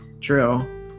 True